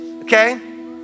okay